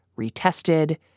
retested